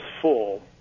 full